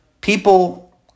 People